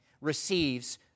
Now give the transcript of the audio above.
receives